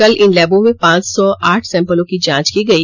कल इन लैबों में पांच सौ आठ सैंपलों की जांच की गई